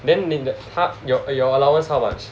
then in the half your uh your allowance how much